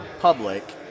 public